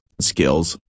skills